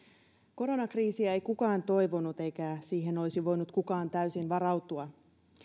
koronakriisiä ei kukaan toivonut eikä siihen olisi voinut kukaan täysin varautua